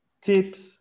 tips